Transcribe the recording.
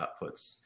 outputs